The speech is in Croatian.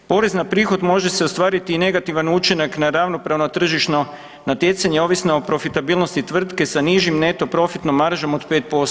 Porez na prihod može se ostvariti i negativan učinak na ravnopravno tržišno natjecanje ovisno o profitabilnosti tvrtke sa nižim neto profitnom maržom od 5%